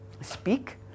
speak